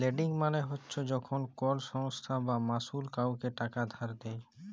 lending মালে চ্ছ যখল কল সংস্থা বা মালুস কাওকে টাকা ধার দেয়